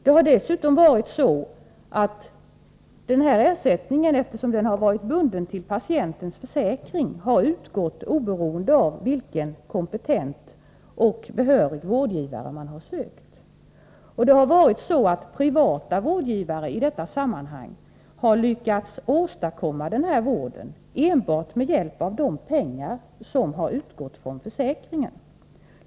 Det har dessutom varit så att ersättningen, eftersom den varit bunden till patientens försäkring, har utgått oberoende av vilken kompetent och behörig rådgivare man har sökt. Privata rådgivare har i detta sammanhang lyckats åstadkomma den här vården enbart med hjälp av de pengar som har utgått från försäkringen.